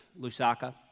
Lusaka